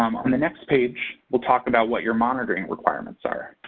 um um on the next page, we'll talk about what your monitoring requirements are.